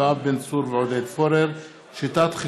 יואב בן צור ועודד פורר בנושא: